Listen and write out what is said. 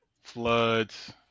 floods